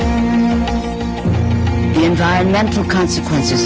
h environmental consequences